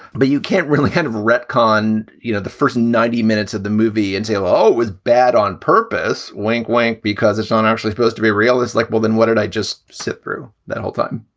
but you can't really kind of retcon, you know, the first ninety minutes of the movie until, oh, it was bad on purpose, wink, wink, because it's not actually supposed to be real. it's like, well, then what did i just sit through that whole time?